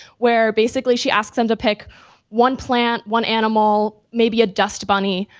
where basically she asks them to pick one plant one animal, maybe a dust bunny,